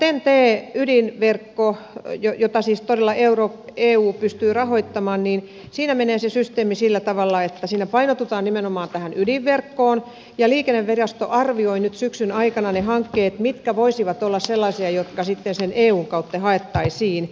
tässä ten t ydinverkossa jota siis todella eu pystyy rahoittamaan menee se systeemi sillä tavalla että siinä painotutaan nimenomaan tähän ydinverkkoon ja liikennevirasto arvioi nyt syksyn aikana ne hankkeet mitkä voisivat olla sellaisia jotka sitten sen eun kautta haettaisiin